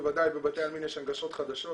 בוודאי בבתי עלמין יש הנגשות חדשות,